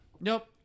Nope